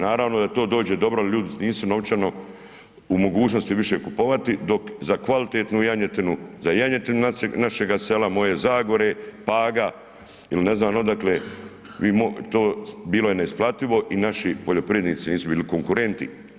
Naravno da to dođe, ljudi nisu novčano u mogućnosti više kupovati dok za kvalitetnu janjetinu, za janjetinu našega sela, moje Zagore, Paga ili ne znam odakle bilo je neisplativo i naši poljoprivrednici nisu bili konkurentni.